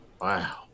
Wow